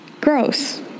gross